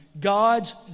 God's